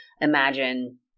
imagine